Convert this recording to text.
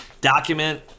document